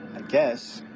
guess